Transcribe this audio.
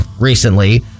recently